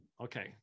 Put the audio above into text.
okay